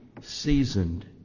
seasoned